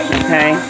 okay